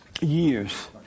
Years